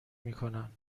میکنند